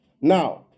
Now